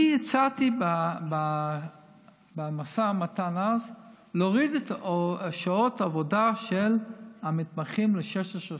אני הצעתי במשא ומתן אז להוריד את שעות העבודה של המתמחים ל-16 שעות,